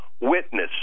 witness